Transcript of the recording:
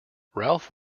ralph